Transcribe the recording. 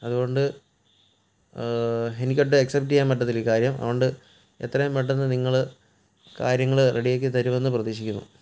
അതുകൊണ്ട് എനിക്ക് ഒട്ടും അക്സെപ്റ്റ് ചെയ്യാൻ പറ്റത്തില്ല ഈ കാര്യം അതുകൊണ്ട് എത്രയും പെട്ടന്ന് നിങ്ങൾ കാര്യങ്ങൾ റെഡി ആക്കി തരുമെന്നു പ്രതീക്ഷിക്കുന്നു